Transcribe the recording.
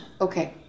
Okay